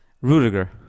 Rudiger